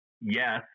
yes